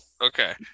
Okay